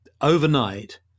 overnight